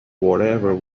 whatever